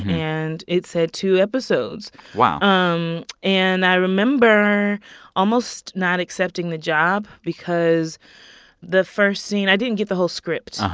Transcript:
and it said two episodes wow um and i remember almost not accepting the job because the first scene i didn't get the whole script,